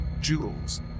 jewels